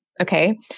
Okay